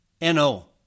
NO